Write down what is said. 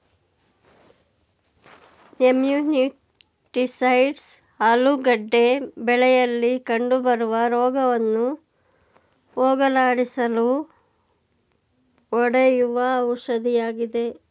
nematicides ಆಲೂಗೆಡ್ಡೆ ಬೆಳೆಯಲಿ ಕಂಡುಬರುವ ರೋಗವನ್ನು ಹೋಗಲಾಡಿಸಲು ಹೊಡೆಯುವ ಔಷಧಿಯಾಗಿದೆ